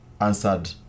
answered